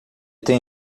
tem